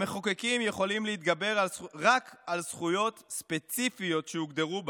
המחוקקים יכולים להתגבר רק על זכויות ספציפיות שהוגדרו בה,